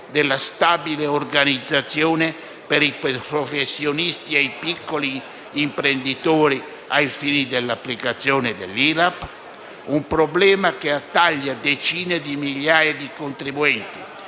della "stabile organizzazione" per i professionisti ed i piccoli imprenditori ai fini dell'applicazione dell'IRAP? Un problema che attaglia decine di migliaia di contribuenti,